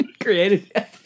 created